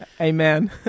Amen